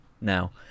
now